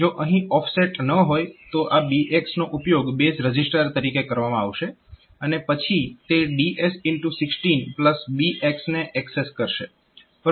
જો અહીં ઓફસેટ ન હોય તો આ BX નો ઉપયોગ બેઝ રજીસ્ટર તરીકે કરવામાં આવશે અને પછી તે DSx16BX ને એક્સેસ કરશે